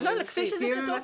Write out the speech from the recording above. לאיזה סעיפים?